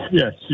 yes